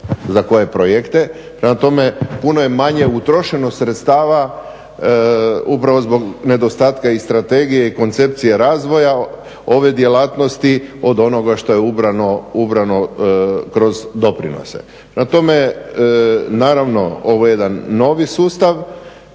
za koje projekte. Prema tome puno je manje utrošeno sredstava upravo zbog nedostatka i strategije i koncepcije razvoja ove djelatnosti od onoga što je ubrano kroz doprinose. Prema tome, naravno ovo je jedan novi sustav,